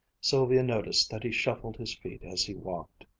sylvia noticed that he shuffled his feet as he walked.